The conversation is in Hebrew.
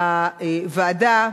הוועדה,